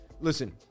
Listen